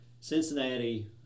Cincinnati